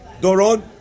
Doron